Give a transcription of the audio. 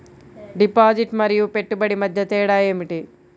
Deposit మరియు పెట్టుబడి మధ్య తేడా ఏమిటి?